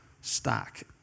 stack